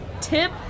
tip